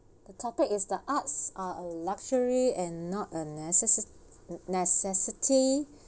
the topic is the arts are a luxury and not anecessity